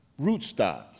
rootstock